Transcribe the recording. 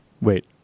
Wait